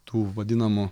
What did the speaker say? tų vadinamų